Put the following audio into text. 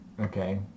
Okay